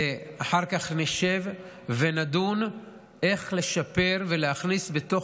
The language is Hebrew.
ואחר כך נשב ונדון איך לשפר ולהכניס לתוך